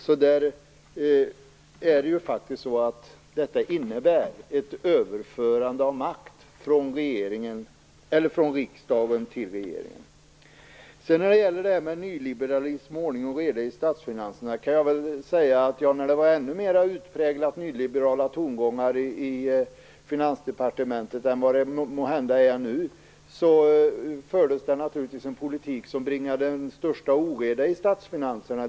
Detta innebär faktiskt ett överförande av makt från riksdagen till regeringen. När det sedan gäller det där med nyliberalism och ordning och reda i statsfinanserna kan jag säga att när tongångarna i Finansdepartementet var ännu mer utpräglat nyliberala än de måhända är nu fördes det naturligtvis en politik som bringade statsfinanserna i den största oreda.